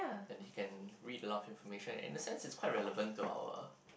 and he can read a lot of information in the sense its quite relevant to our